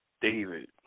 David